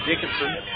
Dickinson